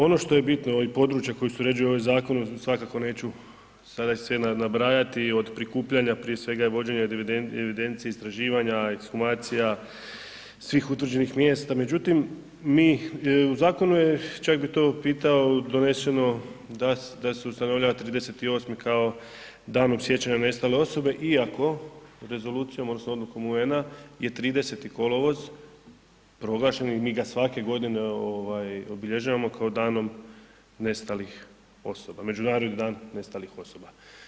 Ono što je bitno i područja koja se uređuju ovi zakonom svakako neću sada ih sve nabrajati od prikupljanja prije svega i vođenja evidencije istraživanja, ekshumacija, svih utvrđenim mjesta, međutim mi, u zakonu je čak bih to pitao doneseno da se ustanovljava 30.8. kao Danom sjećanja na nestale osobe iako rezolucijom odnosno odlukom UN-a je 30. kolovoz proglašen i mi ga svake godine obilježavamo kao danom nestalih osoba, Međunarodni dan nestalih osoba.